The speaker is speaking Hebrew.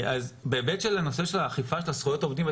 בהיבט של הנושא של האכיפה של זכויות העובדים,